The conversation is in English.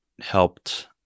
helped